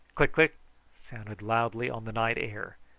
click-click sounded loudly on the night air,